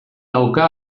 dauka